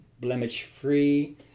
blemish-free